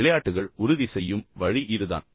இப்போது விளையாட்டுகள் உறுதி செய்யும் வழி இதுதான்